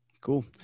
cool